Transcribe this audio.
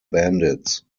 bandits